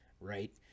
right